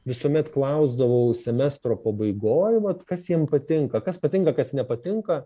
visuomet klausdavau semestro pabaigoj vat kas jiem patinka kas patinka kas nepatinka